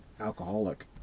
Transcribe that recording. alcoholic